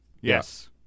Yes